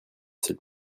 seul